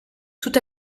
tout